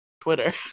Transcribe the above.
Twitter